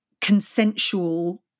consensual